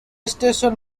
station